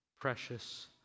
precious